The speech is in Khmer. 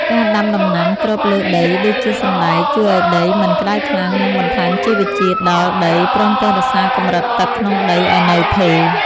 ការដាំដំណាំគ្របលើដីដូចជាសណ្តែកជួយឱ្យដីមិនក្តៅខ្លាំង និងបន្ថែមជីវជាតិដល់ដីព្រមទាំងរក្សាកម្រិតទឹកក្នុងដីឱ្យនៅថេរ។